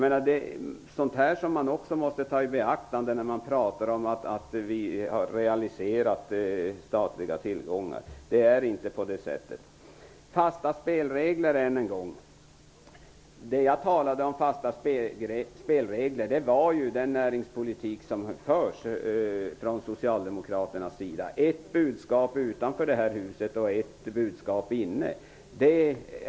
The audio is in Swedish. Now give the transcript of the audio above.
Det är sådant här som man också måste beakta när man talar om att vi har realiserat statliga tillgångar. Det är inte på det sättet. När det återigen gäller fasta spelregler avsåg jag den näringspolitik som socialdemokraterna står för. Ni har ett budskap utanför detta hus och ett annat inne här.